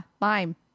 lime